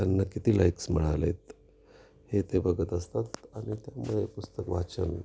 त्यांना किती लाईक्स मिळाले आहेत हे ते बघत असतात आणि त्यामुळे पुस्तक वाचन